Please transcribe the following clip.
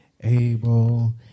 able